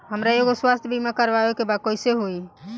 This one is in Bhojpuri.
हमरा एगो स्वास्थ्य बीमा करवाए के बा कइसे होई?